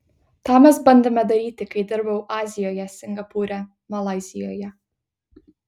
tą mes bandėme daryti kai dirbau azijoje singapūre malaizijoje